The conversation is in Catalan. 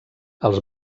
els